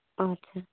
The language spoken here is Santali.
ᱟᱪᱪᱷᱟ